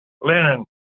Lenin